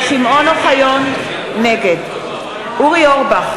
אוחיון, נגד אורי אורבך,